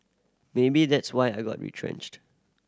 maybe that's why I got retrenched